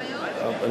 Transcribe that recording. אני